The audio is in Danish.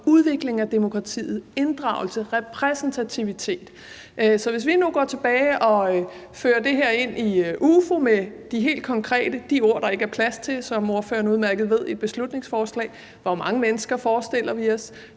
udvikling af demokratiet, inddragelse, repræsentativitet. Så hvis vi nu går tilbage og fører det her ind i UFO med de ord, som ordføreren udmærket ved der ikke er plads til i et beslutningsforslag, om, hvor mange mennesker vi forestiller os,